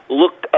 look